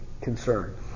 concern